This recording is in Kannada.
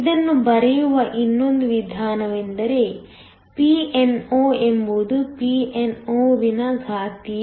ಇದನ್ನು ಬರೆಯುವ ಇನ್ನೊಂದು ವಿಧಾನವೆಂದರೆ Pno ಎಂಬುದು Ppo ವಿನ ಘಾತೀಯ